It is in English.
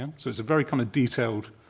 um so it's a very kind of detailed